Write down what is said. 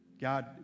God